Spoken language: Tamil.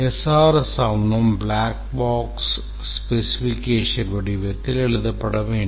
SRS ஆவணம் black box specification வடிவத்தில் எழுதப்பட வேண்டும்